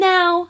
Now